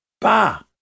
Bah